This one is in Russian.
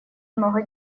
много